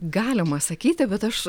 galima sakyti bet aš